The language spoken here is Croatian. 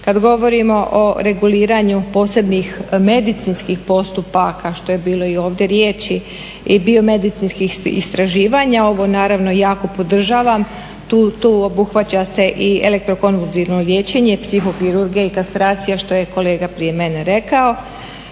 Kada govorimo o reguliranju posebnih medicinskih postupaka što je bilo ovdje riječi i biomedicinskih istraživanja ovo jako podržavam, tu se obuhvaća i elektrokonvulzivno liječenje, psihokirurgija i kastracija što je kolega prije mene rekao.